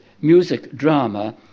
music-drama